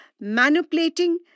manipulating